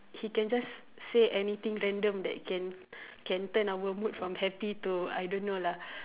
he can just say anything random that can can turn our mood from happy to I don't know lah